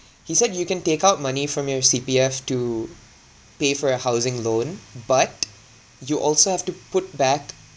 he said you can take out money from your C_P_F to pay for your housing loan but you also have to put back